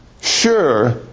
sure